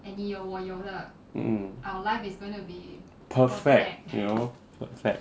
mm perfect you know perfect